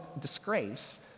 disgrace